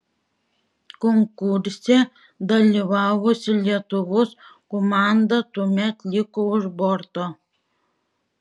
konkurse dalyvavusi lietuvos komanda tuomet liko už borto